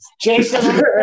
Jason